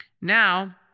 Now